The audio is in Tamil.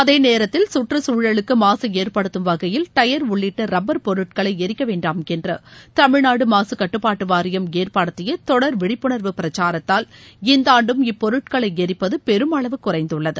அதேநேரத்தில் கற்றுச்சூழலுக்கு மாசு ஏற்படுத்தும் வகையில் டயர் உள்ளிட்ட ரப்பர் பொருட்களை எரிக்க வேண்டாம் என்று தமிழ்நாடு மாக கட்டுப்பாட்டு வாரியம் ஏற்படுத்திய தொடர் விழிப்புணர்வு பிரசாரத்தால் இந்த ஆண்டும் இப்பொருட்களை ளிப்பது பெருமளவு குறைந்துள்ளது